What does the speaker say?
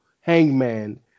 Hangman